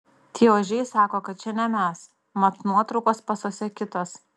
tie ožiai sako kad čia ne mes mat nuotraukos pasuose kitos